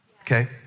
Okay